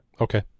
okay